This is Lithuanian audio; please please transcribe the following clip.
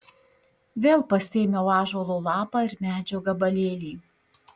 vėl pasiėmiau ąžuolo lapą ir medžio gabalėlį